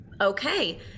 Okay